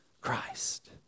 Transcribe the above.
Christ